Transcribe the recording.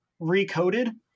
Recoded